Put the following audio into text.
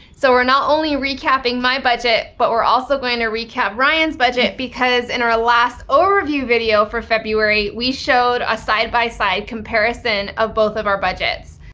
so we're not only recapping my budget, but we're also going to recap ryen's budget because in our last overview video for february we showed a side-by-side comparison of both of our budgets.